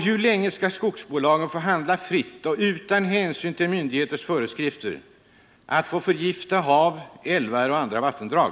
Hur länge skall skogsbolagen få handla fritt och utan hänsyn till myndigheters föreskrifter förgifta hav, älvar och andra vattendrag?